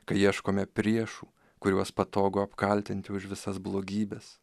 kai ieškome priešų kuriuos patogu apkaltinti už visas blogybes